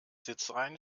sitzreihen